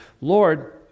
Lord